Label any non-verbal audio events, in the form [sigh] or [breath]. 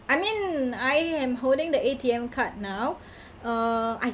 I mean I am holding the A_T_M card now [breath] uh I